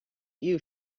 you